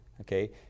okay